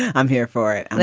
i'm here for it.